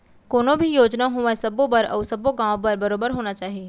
कोनो भी योजना होवय सबो बर अउ सब्बो गॉंव बर बरोबर होना चाही